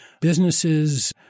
businesses